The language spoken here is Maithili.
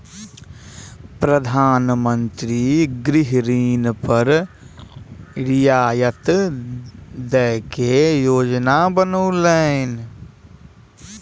प्रधान मंत्री गृह ऋण पर रियायत दय के योजना बनौलैन